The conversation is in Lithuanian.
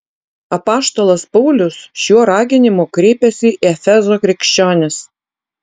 apaštalas paulius šiuo raginimu kreipiasi į efezo krikščionis